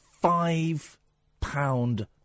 five-pound